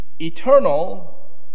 eternal